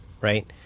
right